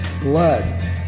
blood